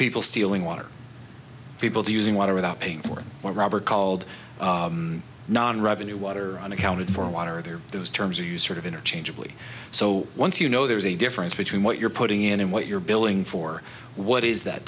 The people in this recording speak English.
people stealing water people using water without paying for it or rubber called non revenue water unaccounted for water there those terms are used interchangeably so once you know there's a difference between what you're putting in and what you're billing for what is that